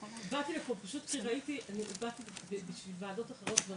אני לא יודעת בנוגע לחולים אחרים,